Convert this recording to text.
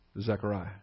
Zechariah